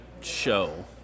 show